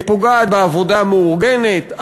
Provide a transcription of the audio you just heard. פוגעת בעבודה מאורגנת,